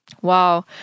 wow